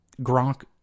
Gronk